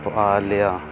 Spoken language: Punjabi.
ਪਾ ਲਿਆ